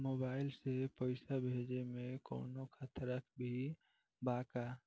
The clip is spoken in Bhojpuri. मोबाइल से पैसा भेजे मे कौनों खतरा भी बा का?